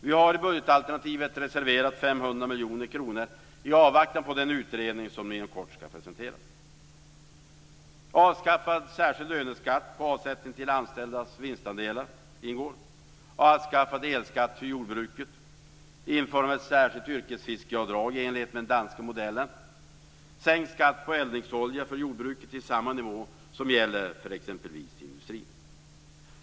Vi har i bugdetalternativet reserverat 500 miljoner kronor i avvaktan på den utredning som inom kort skall presenteras. Avskaffad särskild löneskatt på avsättning till anställdas vinstandelar ingår, och likaså avskaffad elskatt för jordbruket. Införande av ett yrkesfiskeavdrag enligt dansk modell ingår, liksom sänkt skatt på eldningsolja för jordbruket till samma nivå som gäller för exempelvis industrin.